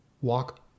walk